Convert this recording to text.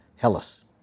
Hellas